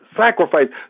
sacrifice